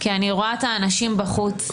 כי אני רואה את האנשים בחוץ,